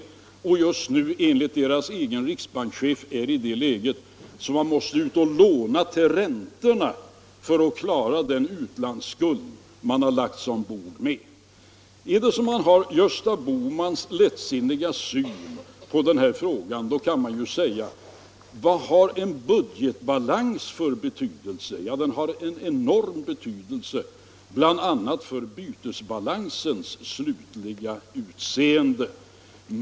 Just nu befinner man sig enligt Danmarks egen riksbankschef i det läget att man måste gå ut och låna till räntorna för att kunna klara av den utlandsskuld som man har lagt sig till med. Har man Gösta Bohmans lättsinniga syn på den här frågan, kan man undra: Vad har en budgetbalans för betydelse? Jo, den har en enorm betydelse, bl.a. för bytesbalansens slutliga utseende.